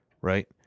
right